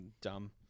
dumb